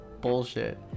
bullshit